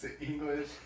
English